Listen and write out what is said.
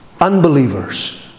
Unbelievers